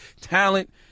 Talent